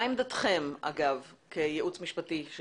מה עמדתכם כייעוץ משפטי של